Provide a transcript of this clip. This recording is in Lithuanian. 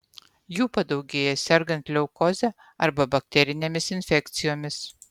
jų padaugėja sergant leukoze arba bakterinėmis infekcijomis